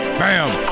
bam